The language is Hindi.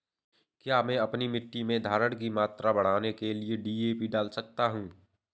क्या मैं अपनी मिट्टी में धारण की मात्रा बढ़ाने के लिए डी.ए.पी डाल सकता हूँ?